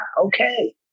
Okay